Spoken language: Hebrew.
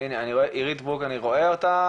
בוקר טוב,